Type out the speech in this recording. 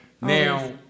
Now